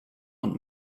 und